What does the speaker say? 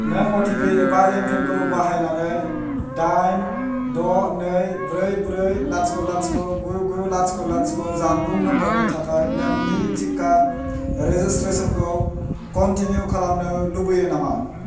नों अटिपि एबा एम पिनखौ बाहायनानै दाइन द' नै ब्रै ब्रै लाथिख' लाथिख' गु गु लाथिख' लाथिख' जानबुं नम्बरनि थाखाय नोंनि टिका रेजिसट्रेसनखौ कनटिनिउ खालामनो लुबैयो नामा